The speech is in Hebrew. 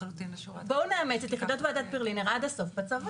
בואו נאמץ את מסקנות ועדת ברלינר עד הסוף בצבא.